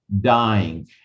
dying